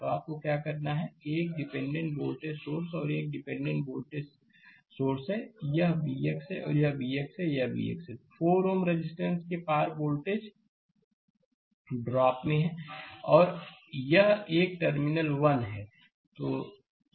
तो आपको क्या करना है यह एक डिपेंडेंट वोल्टेज सोर्स है और यह एक डिपेंडेंट वोल्टेज सोर्स है यह Vx है और Vx यहाँ है Vx यहाँ 4 Ωरेजिस्टेंस के पार वोल्टेज ड्रॉप में है और यह एक टर्मिनल 1 है